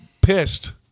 pissed